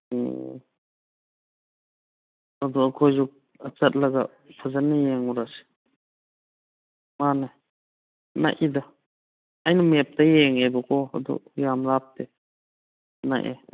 ꯎꯝ ꯑꯗꯨ ꯑꯩꯈꯣꯏꯁꯨ ꯆꯠꯂꯒ ꯐꯖꯅ ꯌꯦꯡꯉꯨꯔꯁꯤ ꯃꯥꯅꯦ ꯅꯛꯏꯗ ꯑꯩꯅ ꯃꯦꯞꯇ ꯌꯦꯡꯉꯦꯕꯣ ꯑꯗꯣ ꯌꯥꯝ ꯂꯥꯞꯇꯦ ꯅꯛꯑꯦ